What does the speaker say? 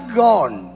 gone